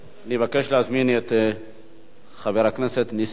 אני מבקש להזמין את חבר הכנסת נסים זאב,